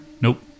nope